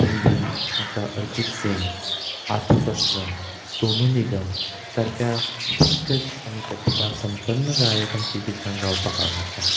हिंदीन म्हाका अरिजीत सिंह आतीफ असलम सोनू निगम सारक्या दिग्गज आनी प्रतिभा संपन्न गायकांची गितां गावपाक आवडटा